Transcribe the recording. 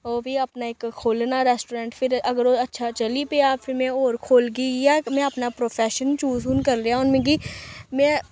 ओह् भी अपना इक खोल्लना रेस्टोरैंट फिर अगर ओह् अच्छा चली पेआ फिर में होर खोल्लगी इ'यै में अपना हून प्रोफैशन चूज करी लेआ हून मिगी में